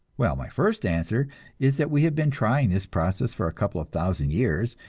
well, my first answer is that we have been trying this process for a couple of thousand years,